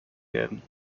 werden